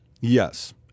Yes